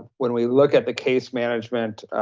when we look at the case management,